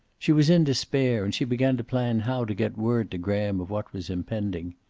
she was in despair, and she began to plan how to get word to graham of what was impending.